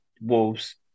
Wolves